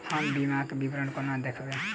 हम बीमाक विवरण कोना देखबै?